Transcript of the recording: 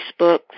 Facebook